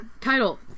Title